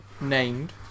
named